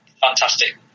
fantastic